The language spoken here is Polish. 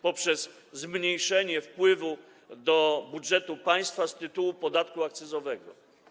Poprzez zmniejszenie wpływów do budżetu państwa z tytułu podatku akcyzowego.